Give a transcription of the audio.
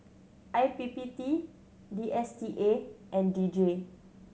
I P P T D S T A and D J